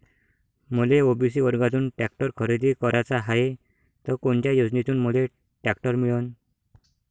मले ओ.बी.सी वर्गातून टॅक्टर खरेदी कराचा हाये त कोनच्या योजनेतून मले टॅक्टर मिळन?